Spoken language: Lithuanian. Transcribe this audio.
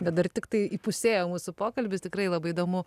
bet dar tiktai įpusėjo mūsų pokalbis tikrai labai įdomu